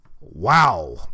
wow